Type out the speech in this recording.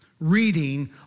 Reading